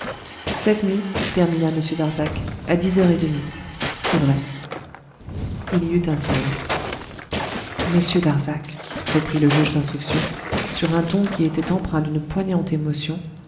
cette nuit termina m darzac à dix heures et demie c'est vrai il y eut un silence qui pesa lourdement sur tous monsieur darzac reprit le juge d'instruction sur un ton qui était empreint d'une poignante émotion